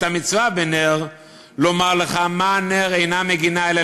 את המצווה בנר לומר לך מה נר אינה מגינה אלא